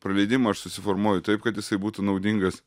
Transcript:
praleidimą aš susiformuoju taip kad jisai būtų naudingas